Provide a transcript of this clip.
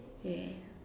yeah